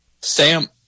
Sam